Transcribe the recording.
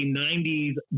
90s